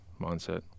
mindset